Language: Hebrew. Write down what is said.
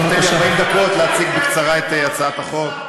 אתה נותן לי 40 דקות להציג בקצרה את הצעת החוק.